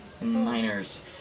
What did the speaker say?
Miners